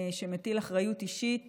שמטיל אחריות אישית